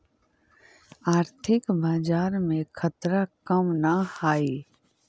आर्थिक बाजार में खतरा कम न हाई